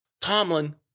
Tomlin